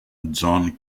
john